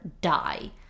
die